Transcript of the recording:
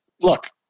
Look